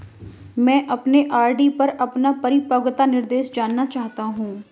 मैं अपने आर.डी पर अपना परिपक्वता निर्देश जानना चाहता हूं